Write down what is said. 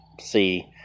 see